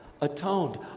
atoned